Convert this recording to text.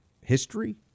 history